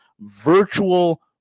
virtual